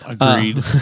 Agreed